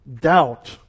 Doubt